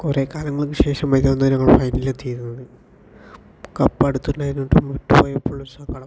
കുറെ കാലങ്ങൾക്ക് ശേഷം നമ്മള് ഫൈനലില് എത്തിയിരുന്നത് കപ്പ് അടുത്തുണ്ടായിരുന്നിട്ടും വിട്ടു പോയപ്പോഴുള്ള സങ്കടം